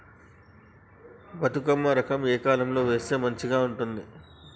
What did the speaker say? బతుకమ్మ రకం ఏ కాలం లో వేస్తే మంచిగా ఉంటది?